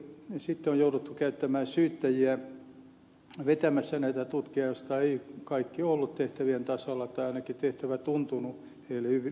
sitten on jouduttu käyttämään syyttäjiä vetämään näitä tutkijoita joista eivät kaikki ole olleet tehtävien tasalla tai ainakin tehtävä on tuntunut heille ylivoimaiselta